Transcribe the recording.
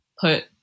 put